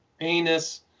anus